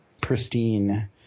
pristine